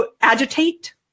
agitate